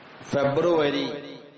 February